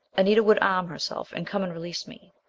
anita would arm herself, and come and release me.